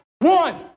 One